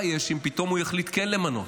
תהיה אם פתאום הוא יחליט כן למנות.